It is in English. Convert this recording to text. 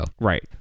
Right